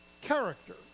character